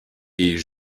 est